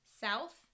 South